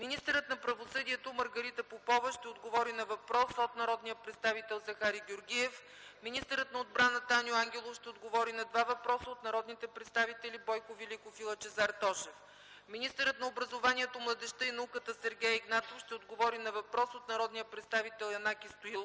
Министърът на правосъдието Маргарита Попова ще отговори на въпрос от народния представител Захари Георгиев. Министърът на отбраната Аню Ангелов ще отговори на два въпроса от народните представители Бойко Великов и Лъчезар Тошев. Министърът на образованието, младежта и науката Сергей Игнатов ще отговори на въпрос от народния представител Янаки Стоилов.